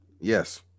Yes